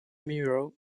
mirror